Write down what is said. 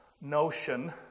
notion